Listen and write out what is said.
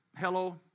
hello